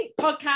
podcast